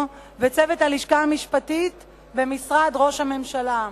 וצוות הלשכה המשפטית במשרד ראש הממשלה,